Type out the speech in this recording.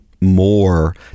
more